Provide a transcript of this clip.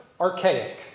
archaic